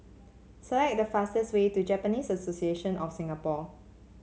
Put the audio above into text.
select the fastest way to Japanese Association of Singapore